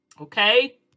Okay